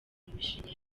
imishinga